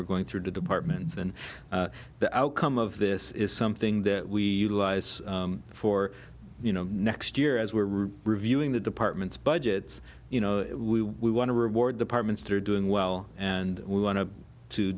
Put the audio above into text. e're going through the departments and the outcome of this is something that we allies for you know next year as we're reviewing the department's budgets you know we want to reward departments through doing well and we want to to